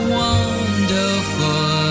wonderful